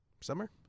Summer